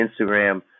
Instagram